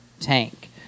tank